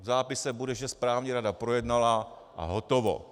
V zápise bude, že správní rada projednala a hotovo.